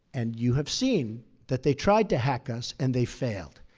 and you have seen that they tried to hack us and they failed.